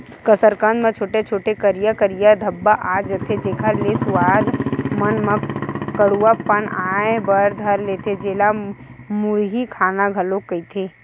कसरकंद म छोटे छोटे, करिया करिया धब्बा आ जथे, जेखर ले सुवाद मन म कडुआ पन आय बर धर लेथे, जेला मुरही खाना घलोक कहिथे